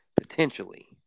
potentially